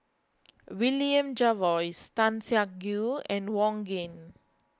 William Jervois Tan Siak Kew and Wong Keen